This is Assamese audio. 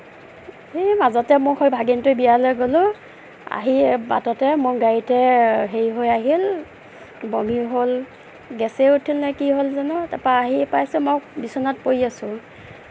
ই মাজতে মই সেই ভাগিনটোৰ বিয়ালে গ'লোঁ আহি বাটতে মোৰ গাড়ীতে হেৰি হৈ আহিল বমি হ'ল গেছেই উঠিল নে কি হ'ল জানোঁ তাৰপৰা আহি পাইছোঁ মই বিচনাত পৰি আছোঁ